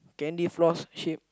candy floss sheep